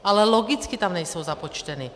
Ale logicky tam nejsou započteny.